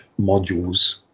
modules